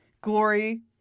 Glory